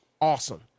awesome